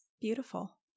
beautiful